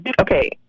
Okay